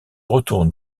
retourne